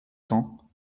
cents